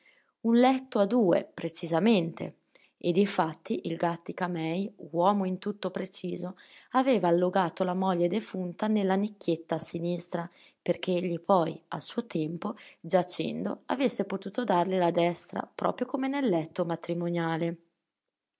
un letto a due precisamente e difatti il gàttica-mei uomo in tutto preciso aveva allogato la moglie defunta nella nicchietta a sinistra perché egli poi a suo tempo giacendo avesse potuto darle la destra proprio come nel letto matrimoniale